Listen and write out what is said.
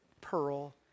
pearl